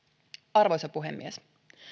arvoisa puhemies